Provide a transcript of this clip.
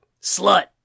Slut